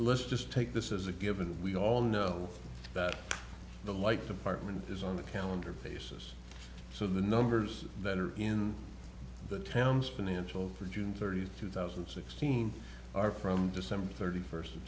let's just take this as a given we all know that the like department is on the calendar basis so the numbers that are in the towns financial for june thirtieth two thousand and sixteen are from december thirty first of